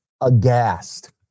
aghast